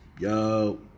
Yo